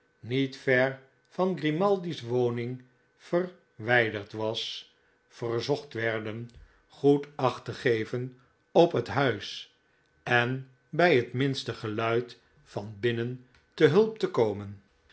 niet ver van grimaldi's woning verwijontsteltents dee pamilte grimaldi derd was verzocht werden goed acht te geven op het huis en bij het minste ge luid van binnen te hulp te komen